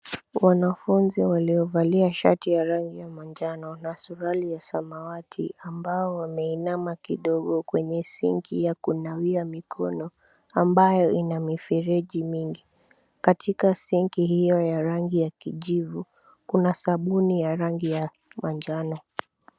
Wanafunzi waliovalia shati ya rangi ya manjano na suruali ya samawati ambao wameinama kidogo kwenye sinki ya kunawia mikono, ambayo ina mifereji mingi. Katika sinki hiyo ya rangi ya kijivu, kuna sabuni ya rangi ya manjano.